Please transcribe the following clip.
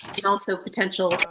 and also potential,